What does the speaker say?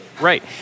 Right